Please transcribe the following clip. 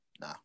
nah